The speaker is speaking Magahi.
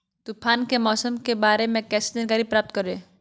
तूफान के मौसम के बारे में कैसे जानकारी प्राप्त करें?